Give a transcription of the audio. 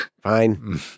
Fine